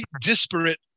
disparate